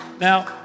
Now